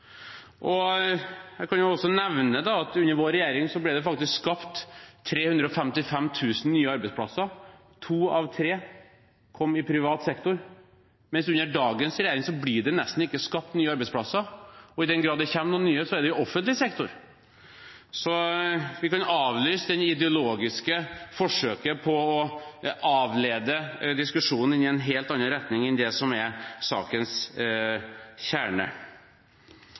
kan jeg også nevne at under vår regjering ble det faktisk skapt 355 000 nye arbeidsplasser. To av tre kom i privat sektor. Men under dagens regjering blir det nesten ikke skapt nye arbeidsplasser, og i den grad det kommer noen nye, er det i offentlig sektor. Så vi kan avlyse det ideologiske forsøket på å avlede diskusjonen inn i en helt annen retning enn det som er sakens kjerne.